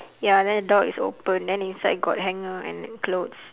ya then the door is open then inside got hanger and clothes